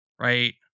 right